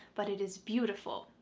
but it is beautiful.